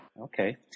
Okay